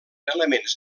elements